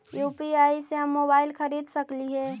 UPI से हम mobile खरिद सकलिऐ है